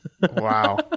Wow